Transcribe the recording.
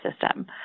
system